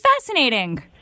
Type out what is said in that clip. fascinating